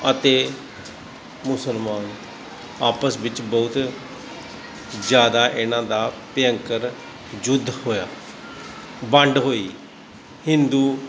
ਅਤੇ ਮੁਸਲਮਾਨ ਆਪਸ ਵਿੱਚ ਬਹੁਤ ਜ਼ਿਆਦਾ ਇਹਨਾਂ ਦਾ ਭਿਅੰਕਰ ਯੁੱਧ ਹੋਇਆ ਵੰਡ ਹੋਈ ਹਿੰਦੂ